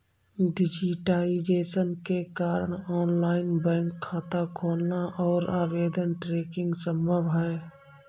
digitisation के कारण online bank खाता खोलना और आवेदन ट्रैकिंग संभव हैं